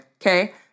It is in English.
Okay